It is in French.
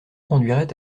conduirait